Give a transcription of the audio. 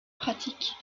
pratique